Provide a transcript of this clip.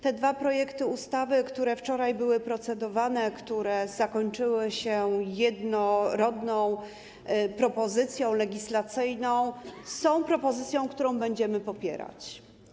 Te dwa projekty ustaw, które wczoraj były procedowane, które zakończyły się jednorodną propozycją legislacyjną, są propozycją, którą będziemy popierać.